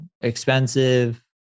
expensive